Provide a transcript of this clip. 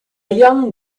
young